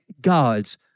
gods